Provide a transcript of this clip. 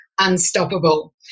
Unstoppable